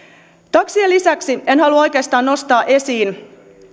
taksien lisäksi en halua oikeastaan nostaa esiin